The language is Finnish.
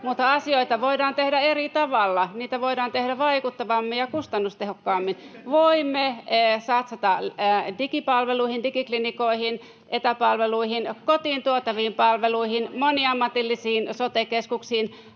mutta asioita voidaan tehdä eri tavalla — niitä voidaan tehdä vaikuttavammin ja kustannustehokkaammin. Voimme satsata digipalveluihin, digiklinikoihin, etäpalveluihin, kotiin tuotaviin palveluihin, moniammatillisiin sote-keskuksiin.